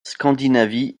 scandinavie